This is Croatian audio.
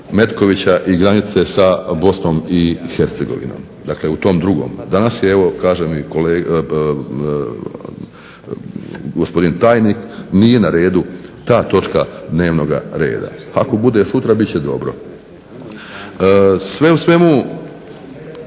i granice sa Bosnom i Hercegovinom, dakle u tom drugom. Danas je evo kažem, i gospodin tajnik, nije na redu ta točka dnevnoga reda. Ako bude sutra bit će dobro. Sve u svemu